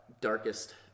darkest